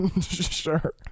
Sure